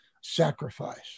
sacrifice